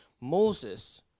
Moses